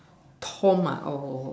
tone mah or